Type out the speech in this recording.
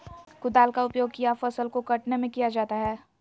कुदाल का उपयोग किया फसल को कटने में किया जाता हैं?